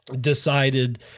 decided